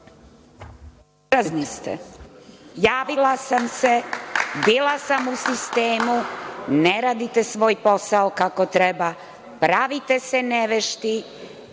ste. Javila sam se, bila sam u sistemu. Ne radite svoj posao kako treba. Pravite se nevešti,